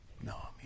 No